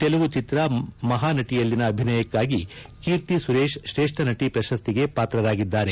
ತೆಲುಗು ಚಿತ್ರ ಮಹಾನೆನಿಯಲ್ಲಿನ ಅಭಿನಯಕ್ಕಾಗಿ ಕೀರ್ತಿ ಸುರೇಶ್ ತ್ರೇಷ್ಠ ನಟಿ ಪ್ರಶಸ್ತಿಗೆ ಪಾತ್ರರಾಗಿದ್ದಾರೆ